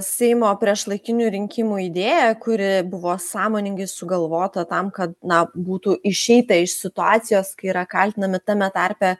seimo priešlaikinių rinkimų idėją kuri buvo sąmoningai sugalvota tam kad na būtų išeita iš situacijos kai yra kaltinami tame tarpe